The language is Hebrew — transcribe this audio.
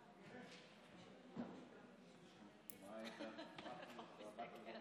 מה אתה זומם?